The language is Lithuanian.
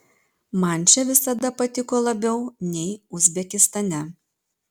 man čia visada patiko labiau nei uzbekistane